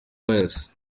pius